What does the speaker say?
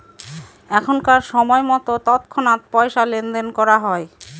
এখনকার সময়তো তৎক্ষণাৎ পয়সা লেনদেন করা হয়